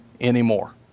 anymore